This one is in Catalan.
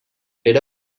era